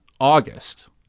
August